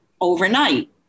overnight